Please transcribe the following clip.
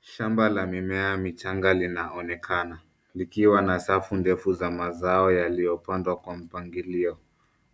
Shamba la mimea michanga linaonekana likiwa na safu ndefu za mazao yaliyopandwa kwa mpangilio.